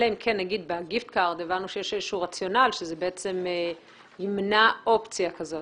אלא אם כן בגיפטקארד הבנו שיש רציונל שזה בעצם ימנע אופציה כזאת